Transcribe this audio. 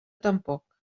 tampoc